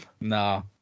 no